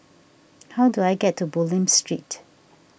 how do I get to Bulim Street